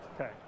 Okay